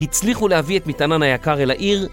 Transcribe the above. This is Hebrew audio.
הצליחו להביא את מטענן היקר אל העיר